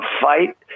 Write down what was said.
fight